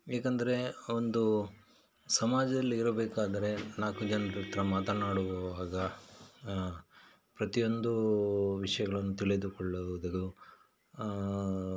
ಏಕಂದರೆ ಒಂದು ಸಮಾಜದಲ್ಲಿ ಇರಬೇಕಾದರೆ ನಾಲ್ಕು ಜನ್ರ ಹತ್ರ ಮಾತನಾಡುವಾಗ ಪ್ರತಿಯೊಂದು ವಿಷಯಗಳನ್ನು ತಿಳಿದುಕೊಳ್ಳುವುದು